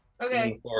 Okay